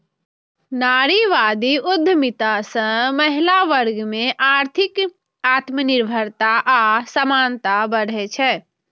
नारीवादी उद्यमिता सं महिला वर्ग मे आर्थिक आत्मनिर्भरता आ समानता बढ़ै छै